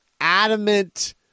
adamant